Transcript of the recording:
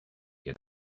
get